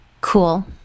Cool